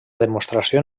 demostració